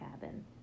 cabin